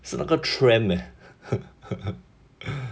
是那个 tram eh